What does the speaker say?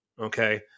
Okay